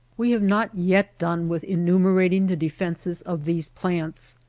we have not yet done with enumerating the defenses of these plants.